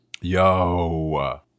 Yo